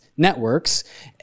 Networks